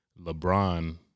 LeBron